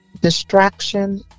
distraction